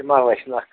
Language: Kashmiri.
تہِ ما وَسہِ نَکھٕ